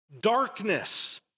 darkness